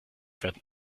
werden